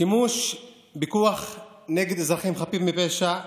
שימוש בכוח נגד אזרחים חפים מפשע,